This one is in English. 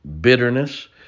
bitterness